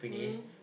mm